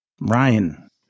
Ryan